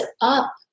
up